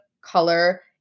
color